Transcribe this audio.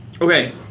Okay